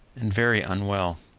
and very unwell.